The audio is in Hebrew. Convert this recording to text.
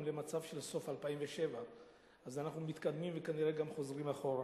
למצב של סוף 2007. אז אנחנו מתקדמים וכנראה גם חוזרים אחורה.